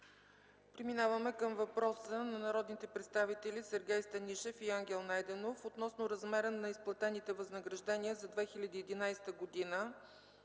Преминаваме към въпроса на народните представители Сергей Станишев и Ангел Найденов относно размера на изплатените възнаграждения за 2011 г.